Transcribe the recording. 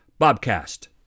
bobcast